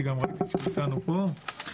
שגם נמצא איתנו פה.